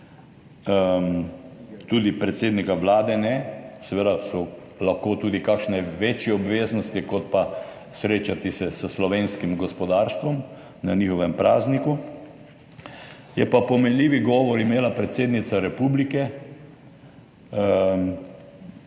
tudi predsednika Vlade ne, seveda so lahko tudi kakšne večje obveznosti, kot pa srečati se s slovenskim gospodarstvom na njihovem prazniku, je pa imela pomenljivi govor predsednica republike,